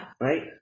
Right